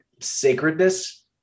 sacredness